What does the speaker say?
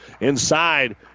Inside